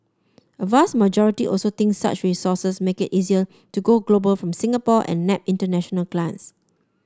a vast majority also think such resources make it easier to go global from Singapore and nab international clients